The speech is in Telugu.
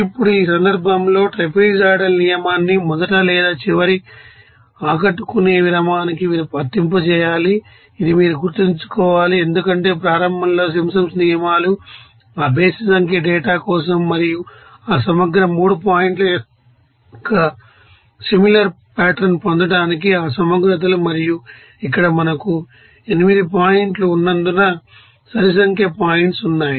ఇప్పుడు ఈ సందర్భంలో ట్రాపెజోయిడల్ నియమాన్ని మొదటి లేదా చివరి ఆకట్టుకునే విరామానికి వర్తింపజేయాలి ఇది మీరు గుర్తుంచుకోవాలి ఎందుకంటే ప్రారంభంలో సింప్సన్స్ నియమాలు ఆ బేసి సంఖ్య డేటా కోసం మరియు ఆ సమగ్ర 3 పాయింట్ల యొక్క సిమిలర్ పాటర్న్ పొందడానికి ఆ సమగ్రతలు మరియు ఇక్కడ మనకు 8 పాయింట్లు ఉన్నందునసరి సంఖ్య పాయింట్స్ ఉన్నాయి